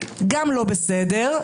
גם לא בסדר,